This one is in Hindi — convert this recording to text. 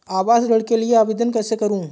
आवास ऋण के लिए आवेदन कैसे करुँ?